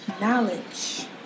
Knowledge